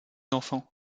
enfants